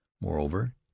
Moreover